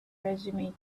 resume